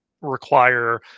require